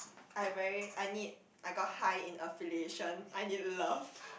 I very I need I got high in affiliation I need love